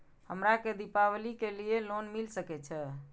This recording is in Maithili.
हमरा के दीपावली के लीऐ लोन मिल सके छे?